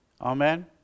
Amen